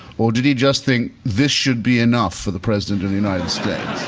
or did he just think this should be enough for the president of the united states?